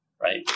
right